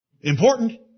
Important